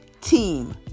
Team